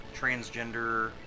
transgender